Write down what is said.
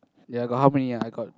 ya got how many ah I got